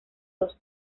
dos